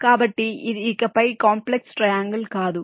కాబట్టి ఇది ఇకపై కాంప్లెక్స్ ట్రయాంగల్ కాదు